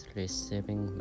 receiving